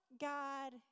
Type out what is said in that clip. God